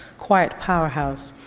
quiet powerhouse,